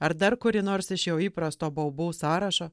ar dar kurį nors iš jo įprasto baubau sąrašo